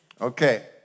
Okay